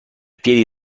piedi